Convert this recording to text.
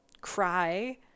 cry